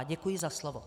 Děkuji za slovo.